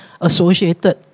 associated